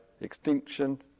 extinction